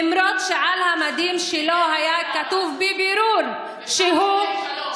למרות שעל המדים שלו היה כתוב בבירור, שלום.